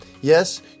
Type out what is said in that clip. Yes